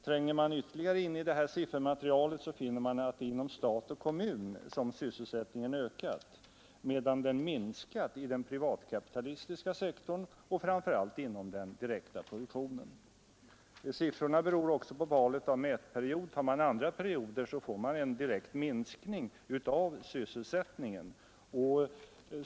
Tränger man in ytterligare i detta siffermaterial, finner man att det är inom stat och kommun som sysselsättningen har ökat, medan den har minskat i den privatkapitalistiska sektorn och framför allt inom den direkta produktionen. Siffrorna beror också på valet av mätperiod. Tar man andra perioder får man en direkt minskning av sysselsättningen.